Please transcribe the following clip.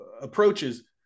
approaches